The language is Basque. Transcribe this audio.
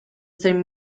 zen